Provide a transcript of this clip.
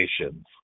nations